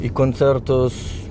į koncertus